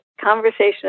conversation